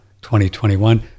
2021